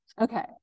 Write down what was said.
Okay